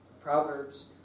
Proverbs